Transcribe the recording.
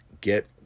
get